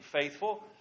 faithful